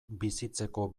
bizitzeko